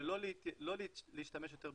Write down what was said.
ולא להשתמש יותר בסגרים.